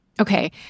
Okay